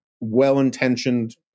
well-intentioned